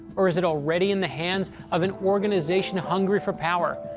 or is it already in the hands of an organization hungry for power,